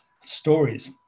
stories